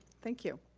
thank you.